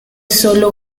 sólo